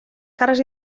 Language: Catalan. cares